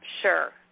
sure